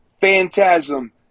Phantasm